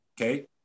Okay